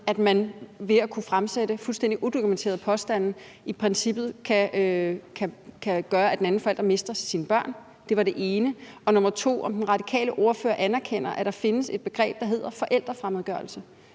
at man ved at kunne fremsætte fuldstændig udokumenterede påstande i princippet kan gøre, at den anden forælder mister sine børn. Det var det ene. Det andet er, om den radikale ordfører anerkender, at der findes et begreb, som hedder forælderfremmedgørelse,